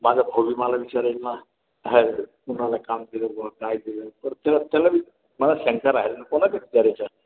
माझा भावोजी मला विचारेल ना कुणाला काम केलं बुवा काय केलं तर त्याला त्याला मी मला शंका राहिली ना कोणाला विचारायचं